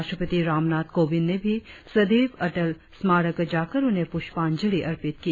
राष्ट्रपति रामनाथ कोविंद ने भी सदैव अटल स्मारक जाकर उन्हें पुष्पांजलि अर्पित की